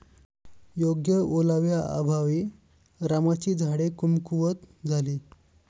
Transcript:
योग्य ओलाव्याअभावी रामाची झाडे कमकुवत झाली